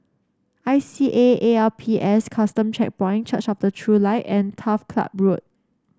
I C A A L P S Custom Checkpoint Church of the True Light and Turf Ciub Road